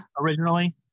Originally